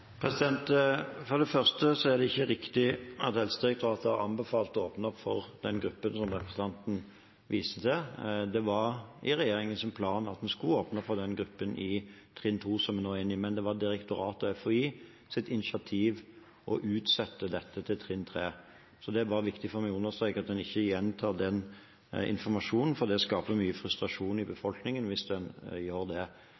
For det første er det ikke riktig at Helsedirektoratet har anbefalt å åpne opp for den gruppen som representanten viste til. Det var i regjeringens plan at vi skulle åpne for den gruppen i trinn 2, som vi nå er inne i, men det var direktoratets og FHIs initiativ å utsette dette til trinn 3. Det er viktig for meg å understreke at en ikke gjentar den informasjonen, for det skaper mye frustrasjon i befolkningen hvis en gjør det.